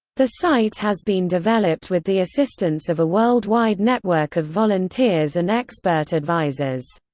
the site has been developed with the assistance of a worldwide network of volunteers and expert advisors.